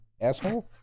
asshole